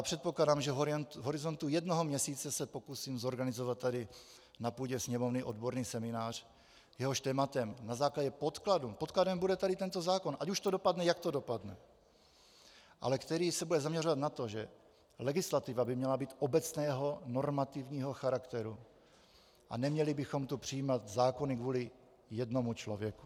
Předpokládám, že v horizontu jednoho měsíce se pokusím zorganizovat tady na půdě Sněmovny odborný seminář, jehož tématem, na základě podkladů, podkladem bude tento zákon, ať už to dopadne, jak to dopadne, ale který se bude zaměřovat na to, že legislativa by měla být obecného normativního charakteru a neměli bychom tu přijímat zákony kvůli jednomu člověku.